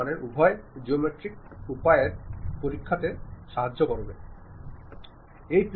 നിങ്ങൾക്ക് ഒരു ആന്തരിക ആശയവിനിമയം നടത്തുമ്പോൾ നിങ്ങൾക്ക് വിഭജിക്കാൻ കഴിയുമെന്ന് ഓർക്കുക